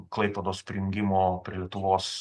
klaipėdos prijungimo prie lietuvos